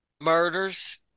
Murders